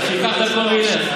מה זה?